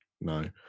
no